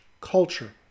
culture